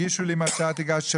הגישו לי מה שאת הגשת,